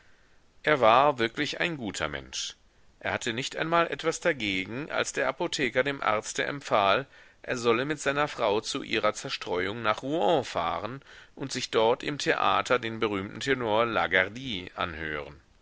er war wirklich ein guter mensch er hatte nicht einmal etwas dagegen als der apotheker dem arzte empfahl er solle mit seiner frau zu ihrer zerstreuung nach rouen fahren und sich dort im theater den berühmten tenor lagardy anhören